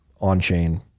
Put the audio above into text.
on-chain